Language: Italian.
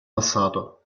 passato